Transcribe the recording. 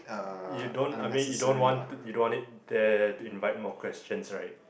you don't I mean you don't want to you don't want it there to invite more questions right